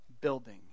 building